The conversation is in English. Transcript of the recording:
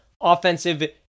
offensive